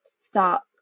stop